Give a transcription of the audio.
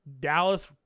dallas